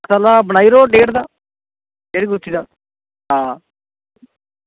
मसाला बनाई लैओ डेढ़ दा डेढ़ गुत्थी दा